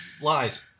lies